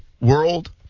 world